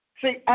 See